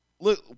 Look